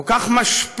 כל כך משפיע,